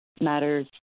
Matters